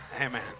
Amen